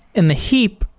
and the heap,